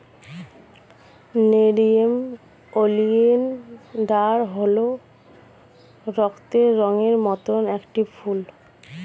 nerium oleander হল রক্তের রঙের মত একটি ফুল